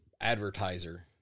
advertiser